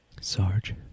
Sarge